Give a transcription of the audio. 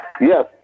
Yes